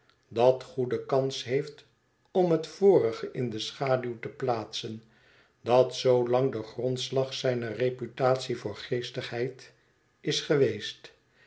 dat goede kans heeft om het vorige in de schaduw te plaatsen dat zoolang de grondslag zijner reputatie voor geestigheid is geweest